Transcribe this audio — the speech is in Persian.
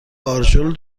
آرژول